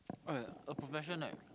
eh a profession eh